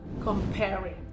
comparing